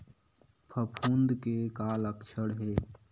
फफूंद के का लक्षण हे?